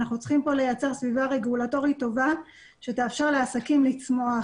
אנחנו צריכים פה לייצר סביבה רגולטורית טובה שתאפשר לעסקים לצמוח